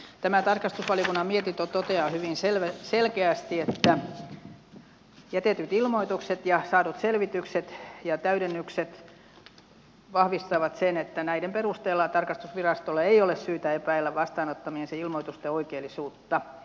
tämä tarkastusvaliokunnan mietintö toteaa hyvin selkeästi että jätetyt ilmoitukset ja saadut selvitykset ja täydennykset vahvistavat sen että näiden perusteella tarkastusvirastolla ei ole syytä epäillä vastaanottamiensa ilmoitusten oikeellisuutta